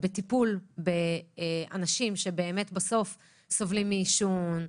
בטיפול באנשים שסובלים מעישון,